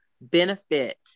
benefit